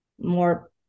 more